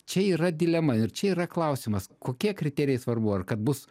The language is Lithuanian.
čia yra dilema ir čia yra klausimas kokie kriterijai svarbu ar kad bus